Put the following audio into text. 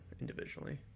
individually